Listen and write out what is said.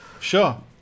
sure